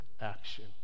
action